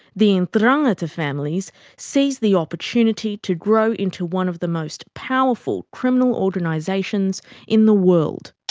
the and the ndrangheta families seized the opportunity to grow into one of the most powerful criminal organisations in the world.